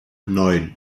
neun